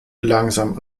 langsam